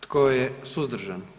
Tko je suzdržan?